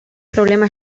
problema